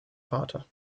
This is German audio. vater